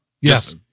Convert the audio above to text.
Yes